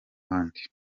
bandi